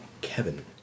Kevin